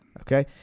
okay